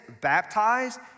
baptized